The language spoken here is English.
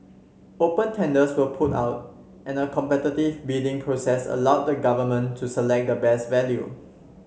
open tenders were put out and a competitive bidding process allowed the Government to select the best value